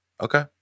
okay